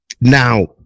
now